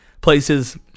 places